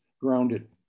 grounded